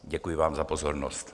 Děkuji vám za pozornost.